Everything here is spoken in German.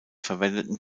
verwendeten